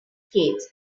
skates